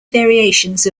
variations